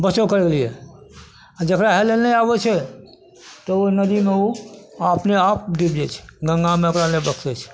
बचाव करेलिए आओर जकरा हेलै ले नहि आबै छै तऽ ओहि नदीमे ओ अपने आप डुबि जाइ छै गङ्गा माइ ओकरा नहि बकसै छै